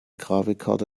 grafikkarte